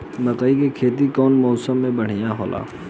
मकई के खेती कउन मौसम में बढ़िया होला?